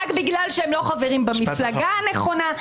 רק בגלל שהם חברים במפלגה הנכונה.